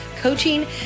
coaching